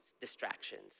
distractions